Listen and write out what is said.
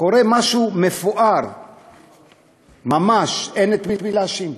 קורה משהו מפואר ממש: אין את מי להאשים.